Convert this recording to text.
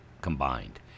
combined